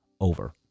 over